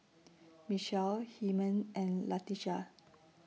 Michelle Hymen and Latesha